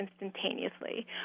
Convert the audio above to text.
instantaneously